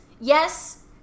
yes